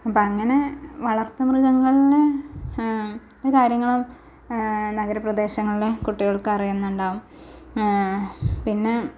അപ്പോൾ അങ്ങനെ വളർത്തുമൃഗങ്ങളിൽ ഇ കാര്യങ്ങളും നഗരപ്രദേശങ്ങളിലെ കുട്ടികൾക്ക് അറിയുന്നുണ്ടാവും പിന്നെ